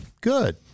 Good